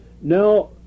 Now